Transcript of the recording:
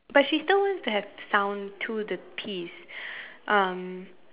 but she still wants to have sound to the piece um